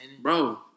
Bro